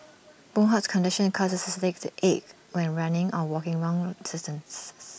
boon Hock's condition causes his legs to ache when running or walking wrong distances